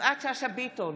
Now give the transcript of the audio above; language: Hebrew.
יפעת שאשא ביטון,